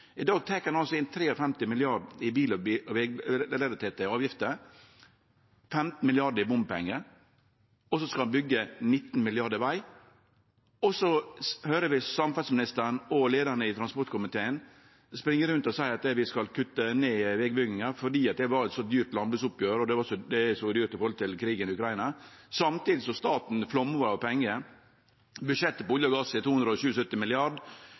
I dag er det stikk motsett, i dag tek ein inn 53 mrd. kr i bil- og bilrelaterte avgifter, 15 mrd. kr i bompengar, og så skal ein byggje veg for 19 mrd. kr. Så høyrer vi at samferdselsministeren og leiaren i transportkomiteen spring rundt og seier at vi skal kutte ned vegbygginga fordi det var eit så dyrt landbruksoppgjer, og det er så dyrt med krigen i Ukraina – samtidig som staten fløymer over med pengar. Budsjettet for olje og gass er